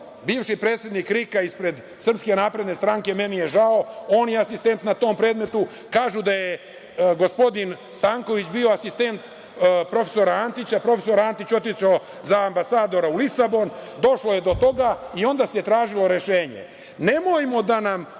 bivši predsednik RIK-a ispred SNS, meni je žao, on je asistent na tom predmetu, kažu da je gospodin Stanković bio asistent profesora Antića, profesor Antić je otišao za ambasadora u Lisabon, došlo je do toga, i onda se tražilo rešenje. Nemojmo